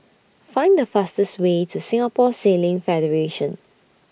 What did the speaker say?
Find The fastest Way to Singapore Sailing Federation